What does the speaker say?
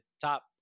top